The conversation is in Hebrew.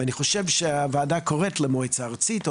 ואני חושב שהוועדה קוראת למועצה הארצית או